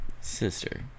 sister